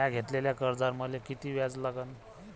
म्या घेतलेल्या कर्जावर मले किती व्याज लागन?